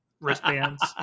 wristbands